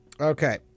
Okay